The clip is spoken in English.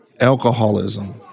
alcoholism